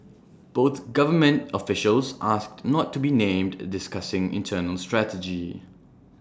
both government officials asked not to be named discussing internal strategy